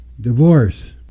divorce